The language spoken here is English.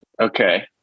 Okay